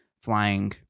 flying